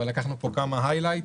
אבל לקחנו פה כמה היי-לייטס,